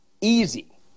Easy